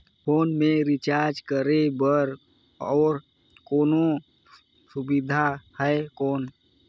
Phone मे recharge करे बर और कोनो सुविधा है कौन?